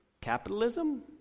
capitalism